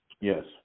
Yes